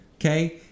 okay